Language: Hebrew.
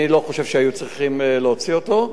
אני לא חושב שהיו צריכים להוציא אותו.